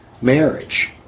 marriage